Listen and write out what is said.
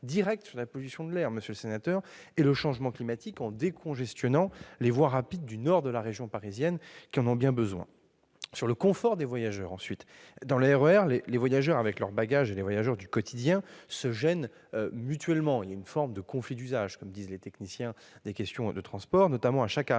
direct sur la pollution de l'air et le changement climatique en décongestionnant les voies rapides du nord de la région parisienne, qui en ont bien besoin. Par ailleurs, quant au confort des voyageurs, dans le RER, les voyageurs avec leurs bagages et les voyageurs du quotidien se gênent mutuellement. Il y a une forme de conflit d'usage, comme disent les techniciens des questions de transport. Cela est vrai,